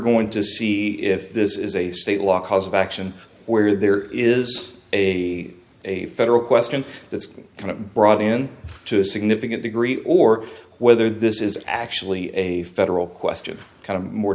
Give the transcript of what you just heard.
going to see he if this is a state law cause of action where there is a a federal question that's kind of brought in to a significant degree or whether this is actually a federal question kind of more